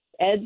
Ed